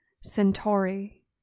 Centauri